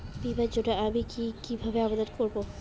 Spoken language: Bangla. বিমার জন্য আমি কি কিভাবে আবেদন করব?